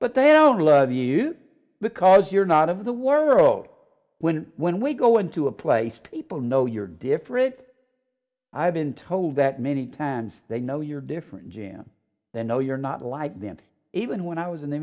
i don't love you because you're not of the world when when we go into a place people know you're different i've been told that many times they know you're different than the know you're not like them even when i was in the